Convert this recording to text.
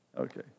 Okay